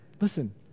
listen